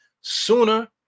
sooner